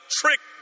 trick